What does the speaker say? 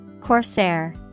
Corsair